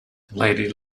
lady